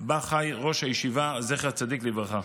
שבהן חי ראש הישיבה, זכר צדיק לברכה.